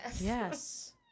Yes